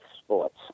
sports